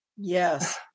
Yes